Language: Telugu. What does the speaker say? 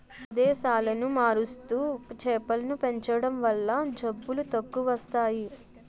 ప్రదేశాలను మారుస్తూ చేపలను పెంచడం వల్ల జబ్బులు తక్కువస్తాయి